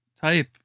type